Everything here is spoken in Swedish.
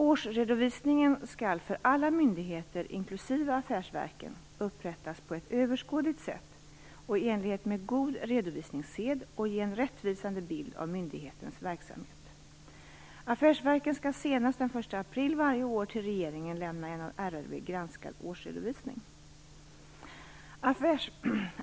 Årsredovisningen skall för alla myndigheter, inklusive affärsverken, upprättas på ett överskådligt sätt och i enlighet med god redovisningssed och ge en rättvisande bild av myndighetens verksamhet. Affärsverken skall senast den 1 april varje år till regeringen lämna en av RRV granskad årsredovisning.